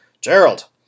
Gerald